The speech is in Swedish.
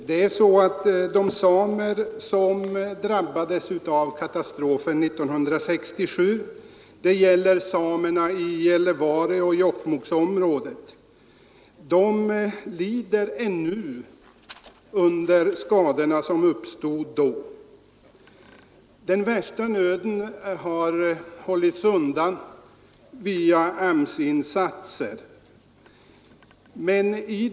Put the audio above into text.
Herr talman! De samer som drabbades av katastrofen 1967 i Gällivareoch Jokkmokkområdet lider ännu under skadorna som uppstod då. Den värsta nöden har hållits undan via insatser från AMS.